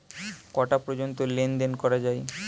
কটা পর্যন্ত লেন দেন করা য়ায়?